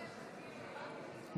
אדוני היושב-ראש,